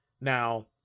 Now